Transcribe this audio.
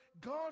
God